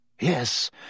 Yes